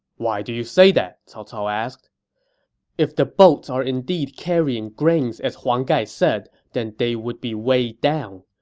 why do you say that? cao cao asked if the boats are indeed carrying grains as huang gai said, then they would be weighed down.